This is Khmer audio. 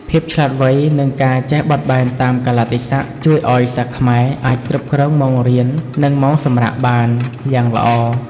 ភាពឆ្លាតវៃនិងការចេះបត់បែនតាមកាលៈទេសៈជួយឱ្យសិស្សខ្មែរអាចគ្រប់គ្រងម៉ោងរៀននិងម៉ោងសម្រាកបានយ៉ាងល្អ។